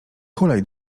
hulaj